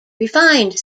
refined